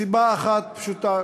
מסיבה אחת פשוטה,